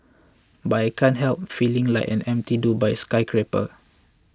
but I can't help feeling like an empty Dubai skyscraper